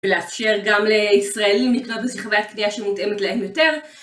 ולאפשר גם לישראלים לקנות באיזושהי חוויית קנייה שמותאמת להם יותר